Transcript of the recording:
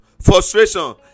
frustration